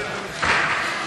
התשע"ז 2017,